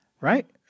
Right